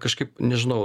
kažkaip nežinau